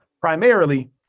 primarily